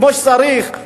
כמו שצריך?